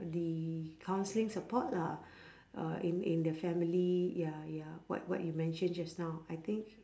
the counselling support lah uh in in the family ya ya what what you mentioned just now I think